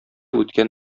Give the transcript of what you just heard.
үткән